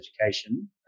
education